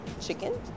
chicken